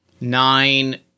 nine